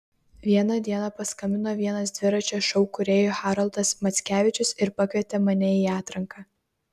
vieną dieną paskambino vienas dviračio šou kūrėjų haroldas mackevičius ir pakvietė mane į atranką